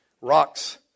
Rocks